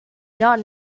not